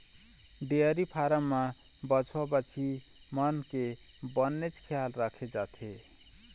dairy farm म बछवा, बछिया मन के बनेच खियाल राखे जाथे